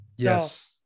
yes